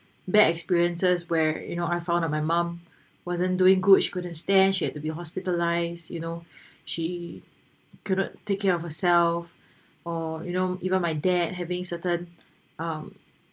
bad experiences where you know I found out my mom wasn't doing good couldn't stand she had to be hospitalised you know she could not take care of herself or you know even my dad having certain um